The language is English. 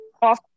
off